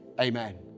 Amen